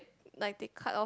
like they cut off